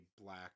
black